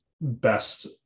best